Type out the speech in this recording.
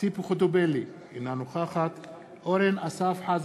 ציפי חוטובלי, אינה נוכחת אורן אסף חזן,